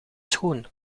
schoen